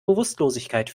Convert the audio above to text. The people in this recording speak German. bewusstlosigkeit